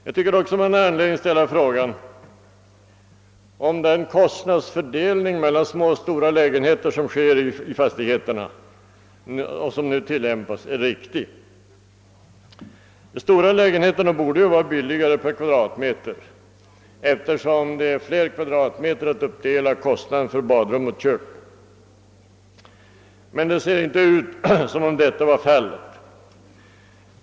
Jag tycker också vi har anledning ställa frågan om den kostnadsfördelning mellan små och stora lägenheter som nu tillämpas i fastigheterna är riktig. De stora lägenheterna borde ju vara billigare per kvadratmeter, eftersom det är fler kvadratmeter att uppdela kostnaden för badrum och kök på. Men det ser inte ut som om det är på detta sätt.